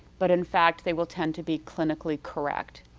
but in fact they will tend to be clinically correct.